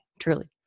truly